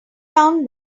down